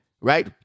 right